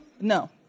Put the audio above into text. No